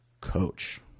Coach